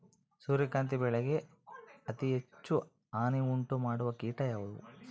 ಸೂರ್ಯಕಾಂತಿ ಬೆಳೆಗೆ ಅತೇ ಹೆಚ್ಚು ಹಾನಿ ಉಂಟು ಮಾಡುವ ಕೇಟ ಯಾವುದು?